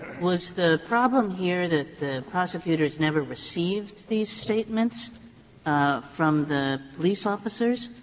was the problem here that the prosecutors never received these statements um from the police officers,